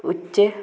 ਉੱਚ